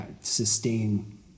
sustain